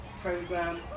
program